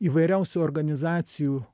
įvairiausių organizacijų